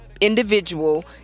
individual